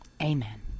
Amen